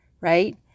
right